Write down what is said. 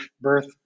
birth